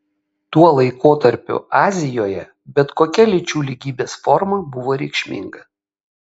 tuo laikotarpiu azijoje bet kokia lyčių lygybės forma buvo reikšminga